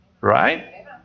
Right